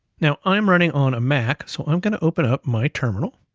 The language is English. now i'm running on a mac, so i'm gonna open up my terminal